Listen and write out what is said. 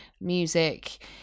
music